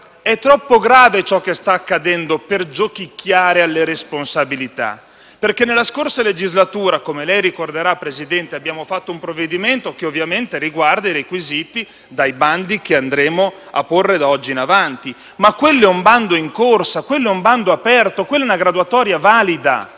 è troppo grave ciò che sta accadendo per giochicchiare alle responsabilità: nella scorsa legislatura, come lei ricorderà, Presidente, abbiamo approvato un provvedimento che riguarda i requisiti dei bandi che andremo a porre in essere da oggi in avanti, ma quello cui faccio riferimento è un bando aperto, è una graduatoria valida.